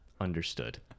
Understood